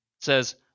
Says